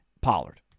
Pollard